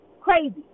Crazy